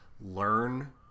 learn